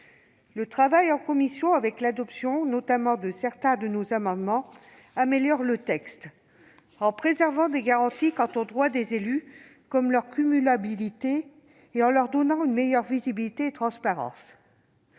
Le travail en commission, grâce à l'adoption, notamment, de certains de nos amendements, a amélioré le texte en préservant des garanties quant aux droits des élus, comme leur cumulabilité, en donnant à ces derniers une meilleure visibilité, en offrant